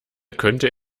könnte